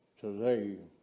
Today